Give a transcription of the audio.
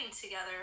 together